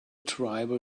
tribal